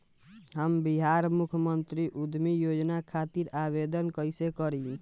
हम बिहार मुख्यमंत्री उद्यमी योजना खातिर आवेदन कईसे करी?